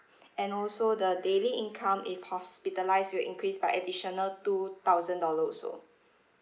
and also the daily income if hospitalised will increase by additional two thousand dollar also